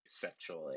sexually